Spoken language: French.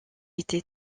été